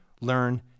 learn